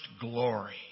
glory